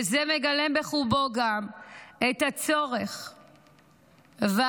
וזה מגלם בחובו גם את הצורך והחובה,